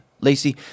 Lacey